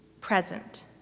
present